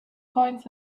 coins